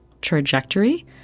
trajectory